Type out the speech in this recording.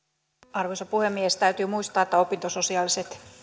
arvoisa puhemies täytyy muistaa että opintososiaaliset